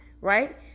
right